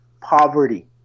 Poverty